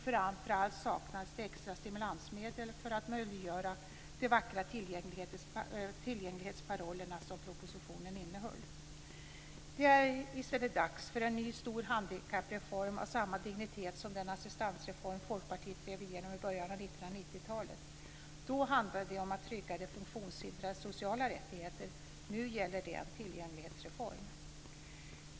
Framför allt saknades det extra stimulansmedel för att möjliggöra de vackra tillgänglighetsparoller som propositionen innehöll. Det är i stället dags för en ny stor handikappreform av samma dignitet som den assistansreform som Folkpartiet drev igenom i början av 1990-talet. Då handlade det om att trygga de funktionshindrades sociala rättigheter. Nu gäller det en tillgänglighetsreform.